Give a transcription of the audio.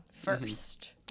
First